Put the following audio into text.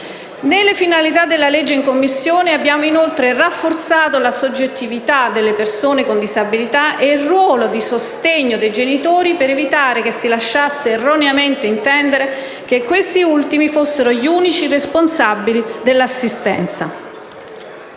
Nelle finalità della legge, in Commissione abbiamo inoltre rafforzato la soggettività delle persone con disabilità e il ruolo di sostegno dei genitori, per evitare che si lasciasse erroneamente intendere che questi ultimi fossero gli unici responsabili dell'assistenza.